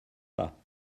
pas